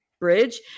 bridge